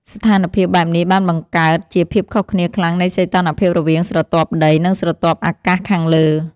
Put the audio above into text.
ស្ថានភាពបែបនេះបានបង្កើតជាភាពខុសគ្នាខ្លាំងនៃសីតុណ្ហភាពរវាងស្រទាប់ដី និងស្រទាប់អាកាសខាងលើ។